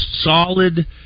solid